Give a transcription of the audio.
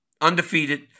undefeated